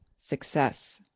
success